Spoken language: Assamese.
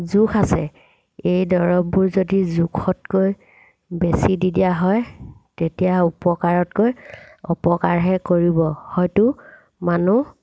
জোখ আছে এই দৰৱবোৰ যদি জোখতকৈ বেছি দি দিয়া হয় তেতিয়া উপকাৰতকৈ অপকাৰহে কৰিব হয়তো মানুহ